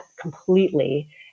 completely